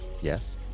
Yes